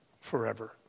forever